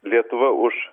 lietuva už